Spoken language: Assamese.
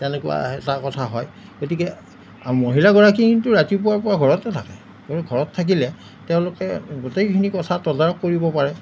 তেনেকুৱা এটা কথা হয় গতিকে আৰু মহিলাগৰাকী কিন্তু ৰাতিপুৱাৰে পৰা ঘৰতে থাকে কিন্তু ঘৰত থাকিলে তেওঁলোকে গোটেইখিনি কথা তদাৰক কৰিব পাৰে